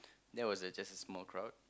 that was a just a small crowd